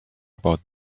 about